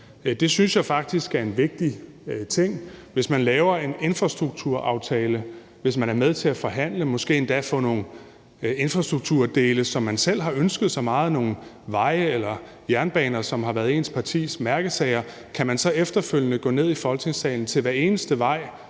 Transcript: Det synes jeg faktisk er en vigtig ting. Hvis man laver en infrastrukturaftale, hvis man er med til at forhandle og måske endda få nogle infrastrukturdele, som man selv har ønsket sig meget – nogle veje eller jernbaner, som har været ens partis mærkesager – kan man så efterfølgende gå ned i Folketingssalen og stemme